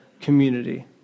community